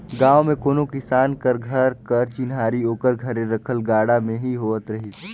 गाँव मे कोनो किसान घर कर चिन्हारी ओकर घरे रखल गाड़ा ले ही होवत रहिस